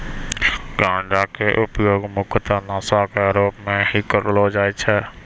गांजा के उपयोग मुख्यतः नशा के रूप में हीं करलो जाय छै